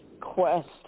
quest